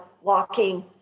walking